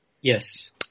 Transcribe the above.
Yes